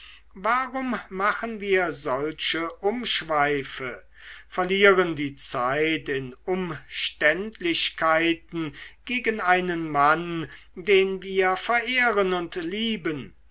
warum machen wir solche umschweife verlieren die zeit in umständlichkeiten gegen einen mann den wir verehren und lieben